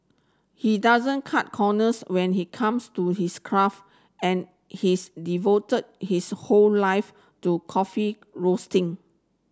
he doesn't cut corners when he comes to his craft and he's devoted his whole life to coffee roasting